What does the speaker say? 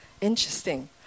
Interesting